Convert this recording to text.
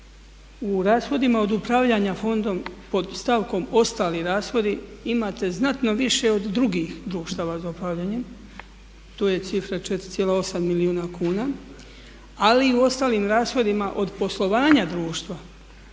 U rashodima od upravljanja fondom pod stavkom ostali rashodi imate znatno više od drugih društava za upravljanje, to je cifra 4,8 milijuna kuna ali u ostalim rashodima od poslovanja društva